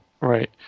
right